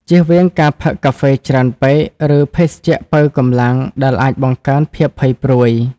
ជៀសវាងការផឹកកាហ្វេច្រើនពេក ឬភេសជ្ជៈប៉ូវកម្លាំងដែលអាចបង្កើនភាពភ័យព្រួយ។